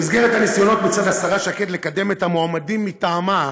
במסגרת הניסיונות מצד השרה שקד לקדם את המועמדים מטעמה,